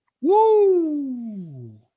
Woo